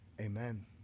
amen